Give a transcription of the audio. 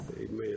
Amen